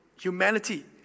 humanity